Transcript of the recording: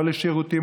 לא לשירותים,